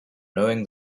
knowing